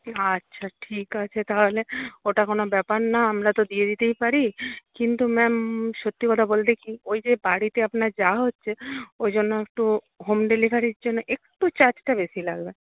আচ্ছা ঠিক আছে তাহলে ওটা কোনো ব্যাপার না আমরা তো দিয়ে দিতেই পারি কিন্তু ম্যাম সত্যি কথা বলতে কী ওই যে বাড়িতে আপনার যাওয়া হচ্ছে ওই জন্য একটু হোম ডেলিভারির জন্য একটু চার্জটা বেশি লাগবে